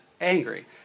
angry